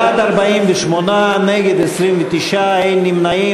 בעד, 48, נגד, 29, אין נמנעים.